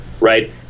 right